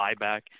buyback